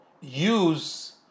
use